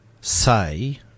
say